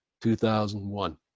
2001